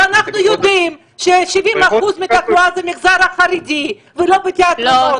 ואנחנו יודעים ש-70% מהתחלואה זה המגזר החרדי ולא בתיאטראות.